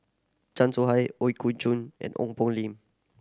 Chan Soh Ha Ooi Kok Chuen and Ong Poh Lim